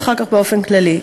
ואחר כך באופן כללי.